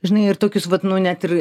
žinai ir tokius vat nu net ir